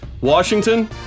Washington